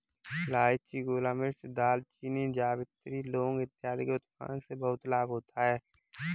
इलायची, गोलमिर्च, दालचीनी, जावित्री, लौंग इत्यादि के उत्पादन से बहुत लाभ होता है